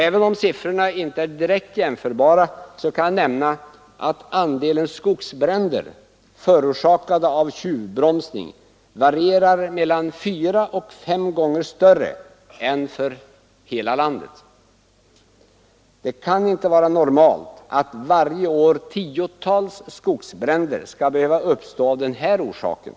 Även om siffrorna inte är direkt jämförbara kan jag nämna att andelen skogsbränder, förorsakade av tjuvbromsning, där är mellan 4 och 5 gånger större än för hela landet. Det kan inte vara normalt att varje år tiotals skogsbränder skall behöva uppstå av den här orsaken.